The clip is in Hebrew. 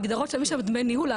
ההגדרות שהיו שם דמי ניהול,